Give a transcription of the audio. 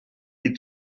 had